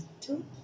two